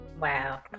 Wow